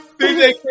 DJ